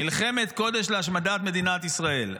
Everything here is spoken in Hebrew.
מלחמת קודש להשמדת מדינת ישראל.